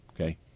Okay